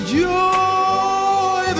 joy